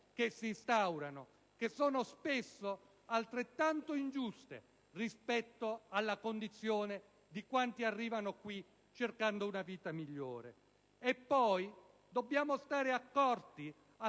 che si instaurano e che sono spesso altrettanto ingiuste della condizione di quanti arrivano qui cercando una vita migliore. Inoltre, dobbiamo essere accorti